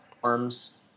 forms